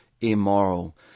immoral